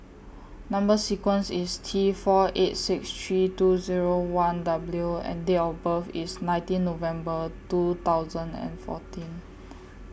Number sequence IS T four eight six three two Zero one W and Date of birth IS nineteen November two thousand and fourteen